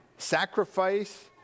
Sacrifice